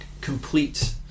complete